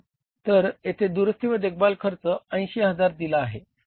तर येथे दुरुस्ती व देखभालाचा खर्च 80000 दिला आहे